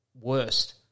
worst